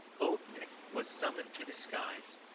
old nick was summoned to the skies.